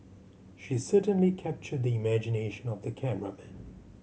she certainly captured the imagination of the cameraman